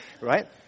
right